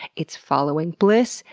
it's following bliss.